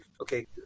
Okay